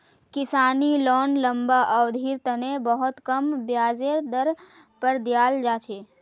किसानी लोन लम्बा अवधिर तने बहुत कम ब्याजेर दर पर दीयाल जा छे